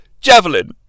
Javelin